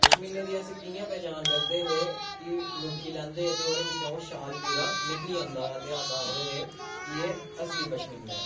पश्मीने दी अक कियां पैह्चान करदे हे के अंगूठी लैंदे हे ते ओह्दै बिच्च शाल पूरा निकली जंदा हा ते अस आखदे हे कि एह् असली पशमीना ऐ